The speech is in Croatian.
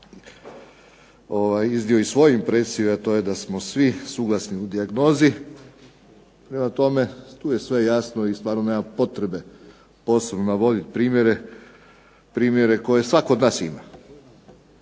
iznio svoju impresiju a to je da smo svi suglasni u dijagnozi. Prema tome, tu je sve jasno i stvarno nema potrebe posebno navoditi primjere koje svatko od nas ima